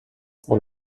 pour